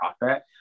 profit